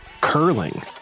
curling